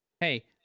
hey